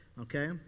Okay